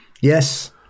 Yes